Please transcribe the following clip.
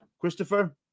Christopher